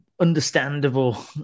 understandable